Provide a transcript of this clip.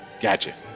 Gotcha